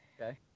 Okay